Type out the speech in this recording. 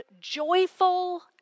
joyful